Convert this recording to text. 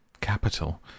capital